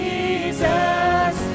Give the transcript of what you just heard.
Jesus